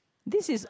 this is